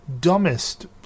dumbest